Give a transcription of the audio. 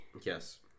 Yes